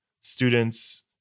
students